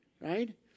Right